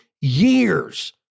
years